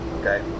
Okay